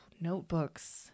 Notebooks